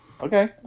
Okay